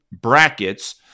brackets